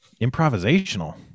improvisational